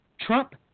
Trump